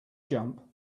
jump